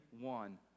one